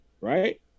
right